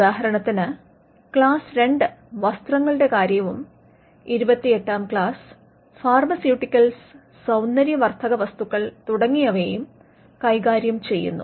ഉദാഹരണത്തിന് ക്ലാസ് 2 വസ്ത്രങ്ങളുടെ കാര്യവും 28 ാം ക്ലാസ് ഫാർമസ്യൂട്ടിക്കൽസ് സൌന്ദര്യവർദ്ധകവസ്തുക്കൾ തുടങ്ങിയവയെ കൈകാര്യം ചെയ്യുന്നു